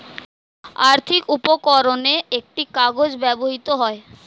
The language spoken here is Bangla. আর্থিক উপকরণে একটি কাগজ ব্যবহৃত হয়